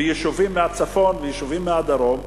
ויישובים מהצפון ויישובים מהדרום,